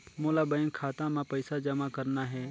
मोला बैंक खाता मां पइसा जमा करना हे?